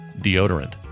deodorant